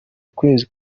ukwezi